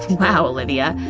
wow, olivia!